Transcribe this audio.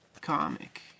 comic